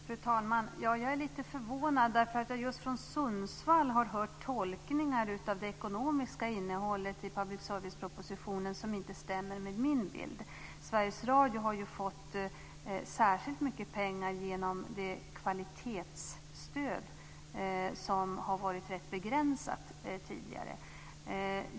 Fru talman! Jag är lite förvånad, för jag har just från Sundsvall hört tolkningar av det ekonomiska innehållet i public service-propositionen som inte stämmer med min bild. Sveriges Radio har fått särskilt mycket pengar genom det kvalitetsstöd som har varit rätt begränsat tidigare.